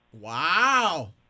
Wow